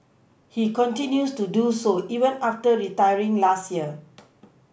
he continues to do so even after retiring last year